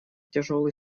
тяжелый